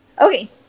okay